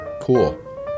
Cool